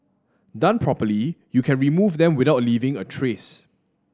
done properly you can remove them without leaving a trace